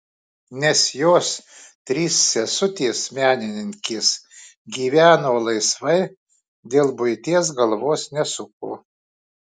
nes jos trys sesutės menininkės gyveno laisvai dėl buities galvos nesuko